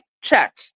check